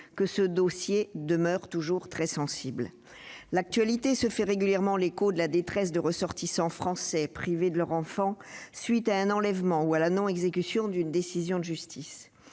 que ce dossier demeure toujours très sensible. L'actualité se fait régulièrement l'écho de la détresse de ressortissants français privés de leur enfant consécutive à un enlèvement ou à la non-exécution d'une décision de justice.